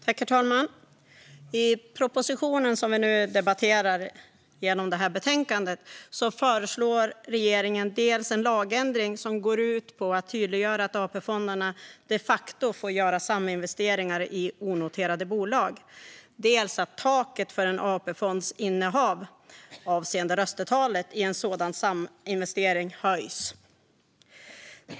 Herr talman! I propositionen som vi nu debatterar genom detta betänkande föreslår regeringen dels en lagändring som går ut på att tydliggöra att AP-fonderna de facto får göra saminvesteringar i onoterade bolag, dels att taket för en AP-fonds innehav avseende röstetalet i en sådan saminvestering höjs.